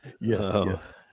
yes